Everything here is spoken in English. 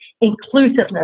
Inclusiveness